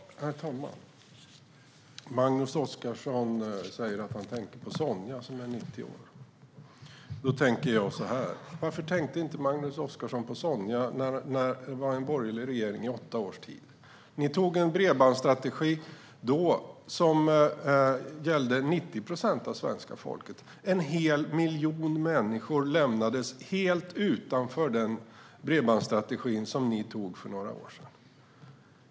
Herr talman! Magnus Oscarsson säger att han tänker på Sonja som är 90 år. Då tänker jag så här: Varför tänkte Magnus Oscarsson inte på Sonja när vi hade en borgerlig regering under åtta års tid? Ni antog då en bredbandsstrategi som gällde 90 procent av svenska folket, Magnus Oscarsson. En hel miljon människor lämnades helt utanför den bredbandsstrategi ni antog för några år sedan.